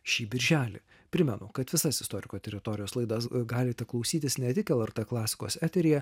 šį birželį primenu kad visas istoriko teritorijos laidas galite klausytis ne tik lrt klasikos eteryje